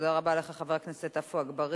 תודה רבה לך, חבר הכנסת עפו אגבאריה.